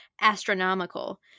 astronomical